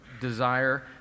desire